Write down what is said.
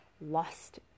lost